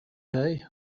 day